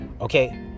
Okay